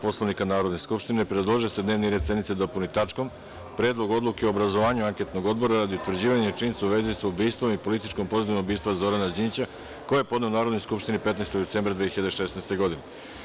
Poslovnika Narodne skupštine, predložio je da se dnevni red sednice dopuni tačkom – Predlog odluke o obrazovanju anketnog odbora radi utvrđivanja činjenica u vezi sa ubistvom i političkom pozadinom ubistva Zorana Đinđića, koji je podneo Narodnoj skupštini 15. decembra 2016. godine.